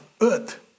earth